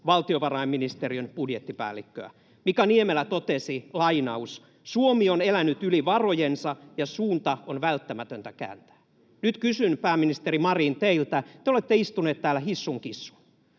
valtiovarainministeriön budjettipäällikköä? Mika Niemelä totesi: ”Suomi on elänyt yli varojensa, ja suunta on välttämätöntä kääntää.” Nyt kysyn, pääministeri Marin, teiltä — te olette istunut täällä hissun kissun: